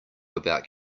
about